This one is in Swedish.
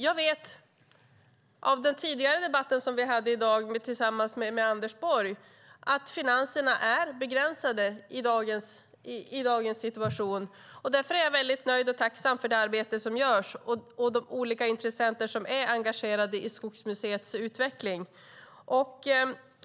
Jag vet av den tidigare debatten i dag med Anders Borg att finanserna är begränsade i dagens situation. Därför är jag väldigt nöjd med och tacksam för det arbete som görs och de olika intressenter som är engagerade i Skogsmuseets utveckling.